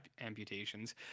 amputations